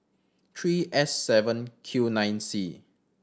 three S seven Q nine C